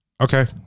Okay